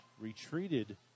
retreated